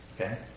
Okay